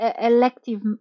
elective